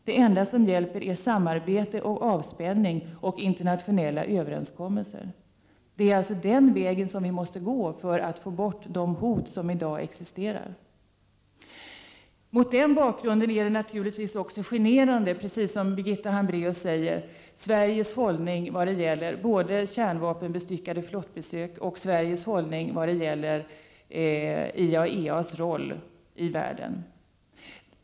Det enda som hjälper är samarbete och avspänning och internationella överenskommelser. Det är den vägen som vi måste gå för att få bort de hot som i dag existerar. Det är mot den bakgrunden naturligtvis också generande, precis som Birgitta Hambraeus säger, med Sveriges hållning i vad gäller besök av kärnvapenbestyckade flottor och IAEA:s roll i världen.